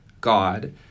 God